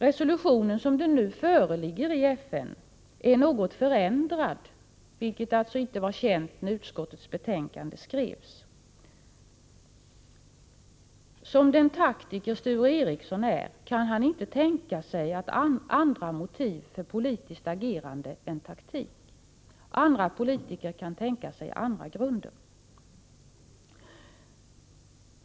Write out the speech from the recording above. Resolutionen, som den nu föreligger i FN, är något förändrad, vilket alltså inte var känt när utskottets betänkande skrevs. Som den taktiker Sture Ericson är, kan han inte tänka sig andra motiv för politiskt agerande än taktik. Andra politiker kan tänka sig andra grunder.